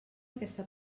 aquesta